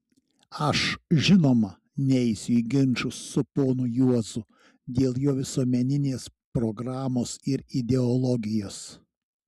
aš žinoma neisiu į ginčus su ponu juozu dėl jo visuomeninės programos ir ideologijos